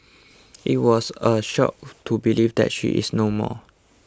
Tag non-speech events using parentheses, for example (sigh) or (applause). it was a shock (noise) to believe that she is no more